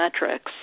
metrics